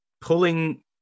pulling